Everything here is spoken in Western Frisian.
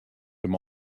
him